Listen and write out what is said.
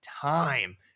time